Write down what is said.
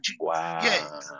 Wow